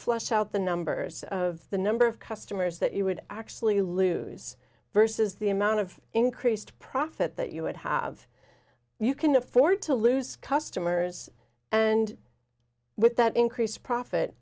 flush out the numbers of the number of customers that you would actually lose versus the amount of increased profit that you would have you can afford to lose customers and with that increase profit